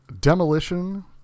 Demolition